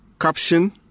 caption